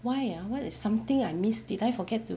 why ah why there's something I miss did I forget to